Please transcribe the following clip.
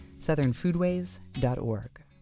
southernfoodways.org